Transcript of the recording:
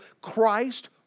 Christ